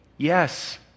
Yes